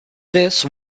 this